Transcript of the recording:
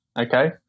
okay